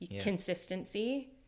consistency